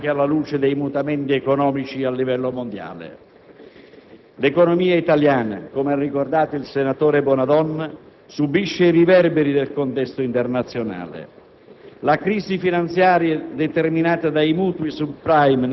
questa, oggettivamente, va valutata anche alla luce dei mutamenti economici a livello mondiale. L'economia italiana - come ha ricordato il senatore Bonadonna - subisce i riverberi del contesto internazionale.